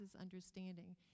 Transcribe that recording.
understanding